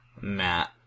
Matt